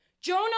Jonah